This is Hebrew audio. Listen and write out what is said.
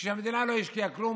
כשהמדינה לא השקיעה כלום,